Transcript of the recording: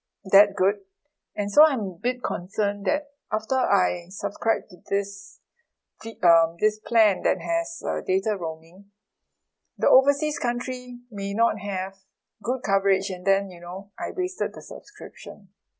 that good and so I'm a bit concerned that after I subscribe to this thi~ um this plan that has uh data roaming the overseas country may not have good coverage and then you know I wasted the subscription